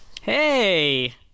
Hey